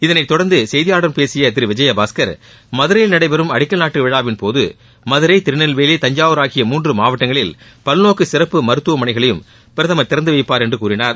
இதைத் தொடர்ந்து செய்தியாளர்களிடம் பேசிய திரு விஜயபாஸ்கர் மதுரையில் நடைபெறும் அடிக்கல் நாட்டு விழாவின்போது மதுரை திருநெல்வேலி தஞ்சாவூர் ஆகிய மூன்று மாவட்டங்களில் பல்நோக்கு சிறப்பு மருத்துவமனைகளையும் பிரதமர் திறந்து வைப்பார் என்று கூறினார்